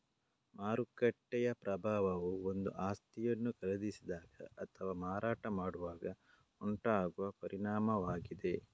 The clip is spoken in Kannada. ಮಾರುಕಟ್ಟೆಯ ಪ್ರಭಾವವು ಒಂದು ಆಸ್ತಿಯನ್ನು ಖರೀದಿಸಿದಾಗ ಅಥವಾ ಮಾರಾಟ ಮಾಡುವಾಗ ಉಂಟಾಗುವ ಪರಿಣಾಮವಾಗಿದೆ